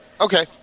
Okay